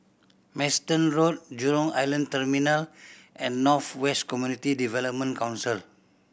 Manston Road Jurong Island Terminal and North West Community Development Council